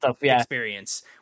experience